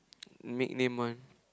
make name one